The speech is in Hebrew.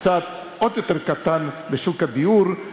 וצעד עוד יותר קטן לשוק הדיור,